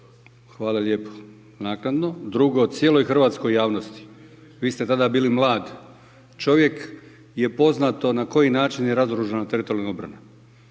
Hvala lijepo. Naknadno. Drugo, cijeloj hrvatskoj javnosti vi ste tada bili mlad čovjek je poznato na koji način je razoružana Teritorijalna obrana.